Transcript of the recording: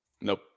Nope